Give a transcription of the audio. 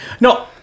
No